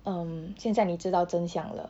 um 现在你知道真相了